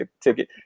ticket